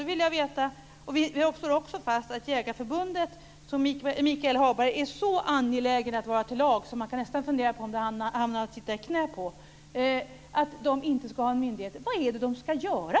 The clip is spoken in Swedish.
Michael Hagberg är så angelägen att vara Jägareförbundet till lags att man nästan funderar över om han sitter i dess knä. Man slår fast att Jägareförbundet inte ska vara en myndighet. Vad ska det då göra?